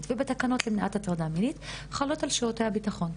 ובתקנות למניעת הטרדה מינית חלות על שירותי הביטחון.